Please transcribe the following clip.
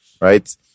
right